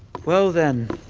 well then,